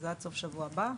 זה עד סוף השבוע הבא.